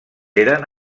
eren